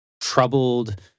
troubled